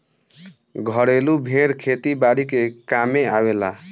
घरेलु भेड़ खेती बारी के कामे आवेले